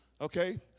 Okay